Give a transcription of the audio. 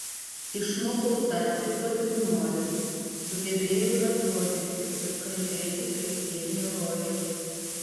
išmokau tapti kuo tik noriu sugebėjau ir atrodyti ir kalbėti kaip tie herojai